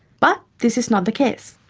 but this is not the case.